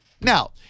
Now